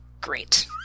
Great